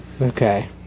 Okay